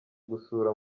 gusura